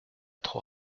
trop